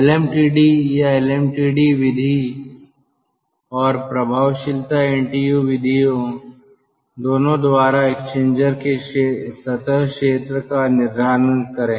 LMTD या MTD विधि और प्रभावशीलता एनटीयू विधियों दोनों द्वारा एक्सचेंजर के सतह क्षेत्र का निर्धारण करें